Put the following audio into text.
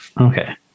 Okay